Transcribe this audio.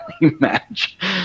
match